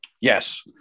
Yes